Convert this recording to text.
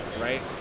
right